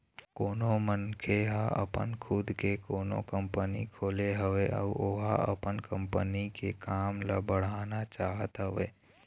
कोनो मनखे ह अपन खुद के कोनो कंपनी खोले हवय अउ ओहा अपन कंपनी के काम ल बढ़ाना चाहत हवय